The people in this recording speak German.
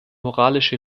moralische